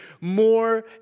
more